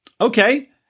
okay